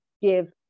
give